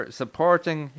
supporting